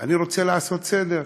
אני רוצה לעשות סדר.